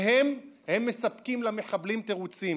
והם, הם מספקים למחבלים תירוצים,